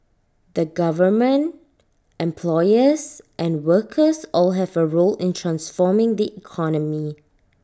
the government employers and workers all have A role in transforming the economy